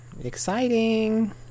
Exciting